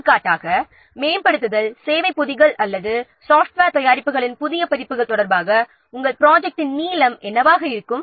எடுத்துக்காட்டாக மேம்படுத்தல் சேவை பொதிகள் அல்லது சாஃப்ட்வேர் தயாரிப்புகளின் புதிய பதிப்புகள் தொடர்பாக ப்ராஜெக்ட்டின் நீளம் என்னவாக இருக்கும்